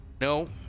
no